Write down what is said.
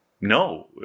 No